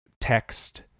text